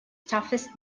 toughest